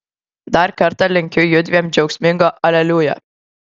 dar kartą linkiu judviem džiaugsmingo aleliuja